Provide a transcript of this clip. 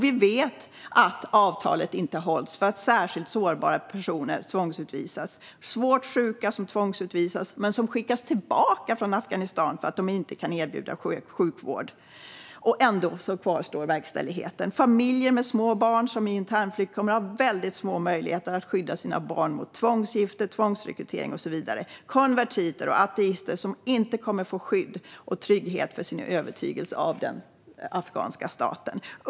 Vi vet att avtalet inte har hållits för att särskilt sårbara personer tvångsutvisas. Svårt sjuka tvångsutvisas men skickas tillbaka från Afghanistan för att de inte kan erbjudas sjukvård, men ändå kvarstår verkställigheten. Familjer med små barn kommer vid internflykt att ha väldigt små möjligheter att skydda sina barn från tvångsgifte, tvångsrekrytering och så vidare. Konvertiter och ateister som söker skydd på grund av sin övertygelse kommer inte att få skydd och trygghet av den afghanska staten.